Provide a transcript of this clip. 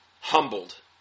humbled